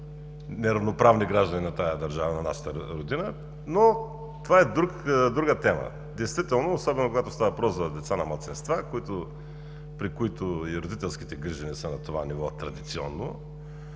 по-неравноправни граждани на тази държава, на нашата родина, но това е друга тема. Действително особено когато става въпрос за деца на малцинства, при които и родителските грижи не са на това ниво – традиционно,